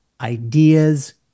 ideas